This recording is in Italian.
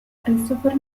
christopher